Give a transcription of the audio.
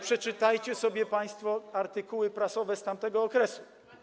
Przeczytajcie sobie państwo artykuły prasowe z tamtego okresu.